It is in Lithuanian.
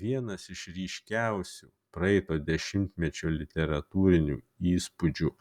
vienas iš ryškiausių praeito dešimtmečio literatūrinių įspūdžių